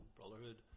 Brotherhood